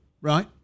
Right